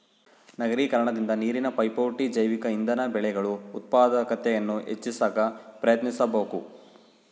ನಗರೀಕರಣದಿಂದ ನೀರಿನ ಪೈಪೋಟಿ ಜೈವಿಕ ಇಂಧನ ಬೆಳೆಗಳು ಉತ್ಪಾದಕತೆಯನ್ನು ಹೆಚ್ಚಿ ಸಾಕ ಪ್ರಯತ್ನಿಸಬಕು